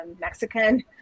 Mexican